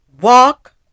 walk